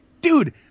Dude